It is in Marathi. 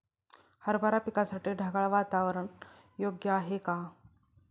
हरभरा पिकासाठी ढगाळ वातावरण योग्य आहे का?